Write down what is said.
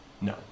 no